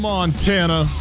Montana